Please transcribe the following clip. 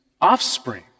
offspring